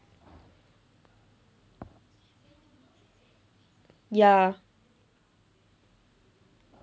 ya